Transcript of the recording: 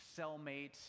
cellmate